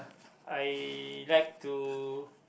I like to